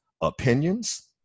opinions